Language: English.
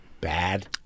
bad